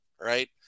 right